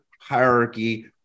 hierarchy